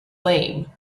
lame